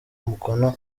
umukono